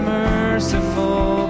merciful